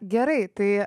gerai tai